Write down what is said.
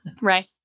right